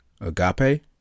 Agape